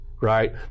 Right